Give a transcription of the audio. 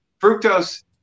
fructose